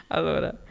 Allora